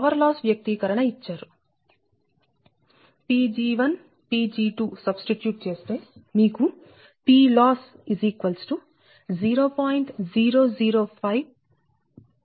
Pg1 Pg2 substitute చేస్తే మీకు PLoss 0